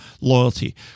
loyalty